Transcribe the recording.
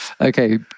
Okay